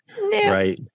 right